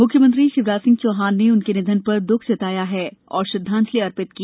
मुख्यमंत्री शिवराज सिंह चौहान ने उनके निधन पर द्ख व्यक्त कर श्रद्वांजलि अर्पित की